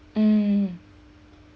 mm